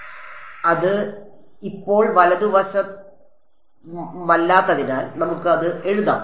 വിദ്യാർത്ഥി അത് ഇപ്പോൾ വലതു വശമല്ലാത്തതിനാൽ നമുക്ക് അത് എഴുതാം